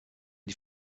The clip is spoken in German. die